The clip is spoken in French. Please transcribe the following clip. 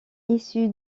issu